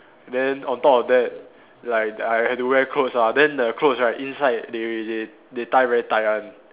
then on top of that like I had to wear clothes ah then the clothes right inside they they they tie very tight one